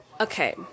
Okay